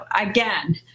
again